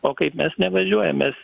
o kaip mes nevažiuojam mes